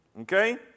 Okay